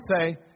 say